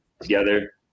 together